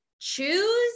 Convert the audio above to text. choose